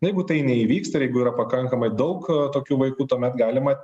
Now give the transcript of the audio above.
na jeigu tai neįvyksta ir jeigu yra pakankamai daug tokių vaikų tuomet galima